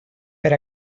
per